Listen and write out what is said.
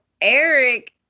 Eric